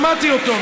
שמעתי אותו,